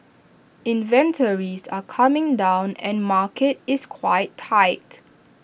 inventories are coming down and market is quite tight